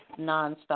nonstop